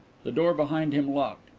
the door behind him locked.